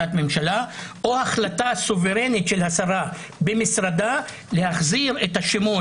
או החלטה סוברנית של השרה במשרדה להחזרתם שמות